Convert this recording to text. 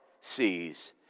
sees